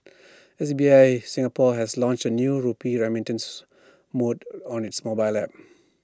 S B I Singapore has launched A new rupee remittance mode on its mobile app